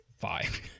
five